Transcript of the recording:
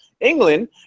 England